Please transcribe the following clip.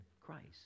Christ